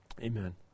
amen